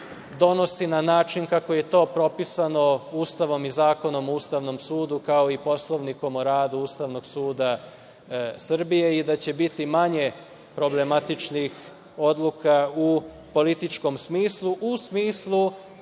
donosi na način kako je to propisano Ustavom i Zakonom o Ustavnom sudu, kao Poslovnikom o radu Ustavnog suda Srbije i da će biti manje problematičnih odluka u političkom smislu, u smislu da